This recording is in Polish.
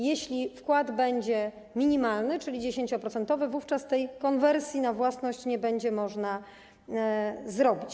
Jeśli wkład będzie minimalny, czyli 10-procentowy, wówczas tej konwersji na własność nie będzie można zrobić.